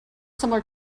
similar